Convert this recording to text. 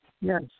Yes